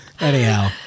anyhow